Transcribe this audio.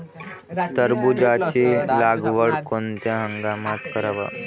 टरबूजाची लागवड कोनत्या हंगामात कराव?